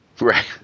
Right